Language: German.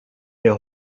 der